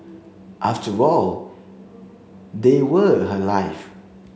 after all they were her life